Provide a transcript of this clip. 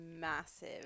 massive